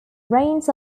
reigns